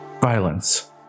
violence